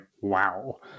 wow